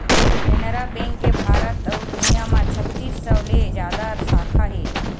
Canara bank के भारत अउ दुनिया म छत्तीस सौ ले जादा साखा हे